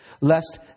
lest